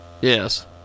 Yes